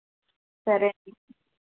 సరే